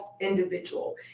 individual